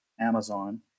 Amazon